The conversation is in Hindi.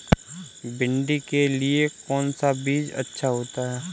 भिंडी के लिए कौन सा बीज अच्छा होता है?